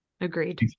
Agreed